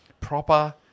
proper